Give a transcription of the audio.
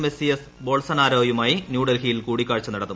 Messias ബോൾസനാരോയുമായി ന്യൂഡൽഹിയിൽ കൂടിക്കാഴ്ച നടത്തും